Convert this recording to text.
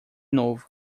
novo